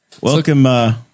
Welcome